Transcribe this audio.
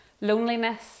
Loneliness